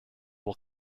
will